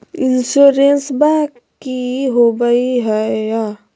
इंसोरेंसबा की होंबई हय?